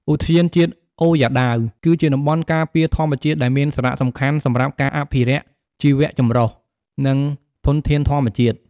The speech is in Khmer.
ឧទ្យានជាតិអូរយ៉ាដាវ គឺជាតំបន់ការពារធម្មជាតិដែលមានសារៈសំខាន់សម្រាប់ការអភិរក្សជីវៈចម្រុះ និងធនធានធម្មជាតិ។